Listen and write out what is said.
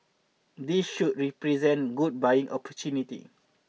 this should represent good buying opportunity